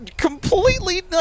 completely